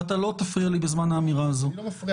ואתה לא תפריע לי בזמן האמירה הזו --- אני לא מפריע.